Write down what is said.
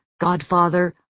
godfather